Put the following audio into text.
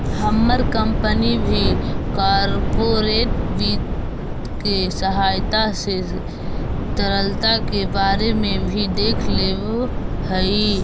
हमर कंपनी भी कॉर्पोरेट वित्त के सहायता से तरलता के बारे में भी देख लेब हई